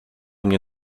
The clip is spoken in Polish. mnie